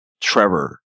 Trevor